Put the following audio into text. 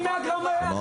אני עם 100 גרם קנביס.